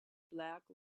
black